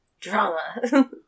drama